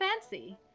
fancy